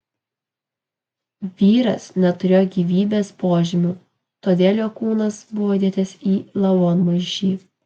vyras neturėjo gyvybės požymių todėl jo kūnas buvo įdėtas į lavonmaišį